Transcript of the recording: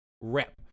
rep